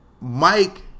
Mike